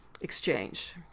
exchange